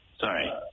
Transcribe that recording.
sorry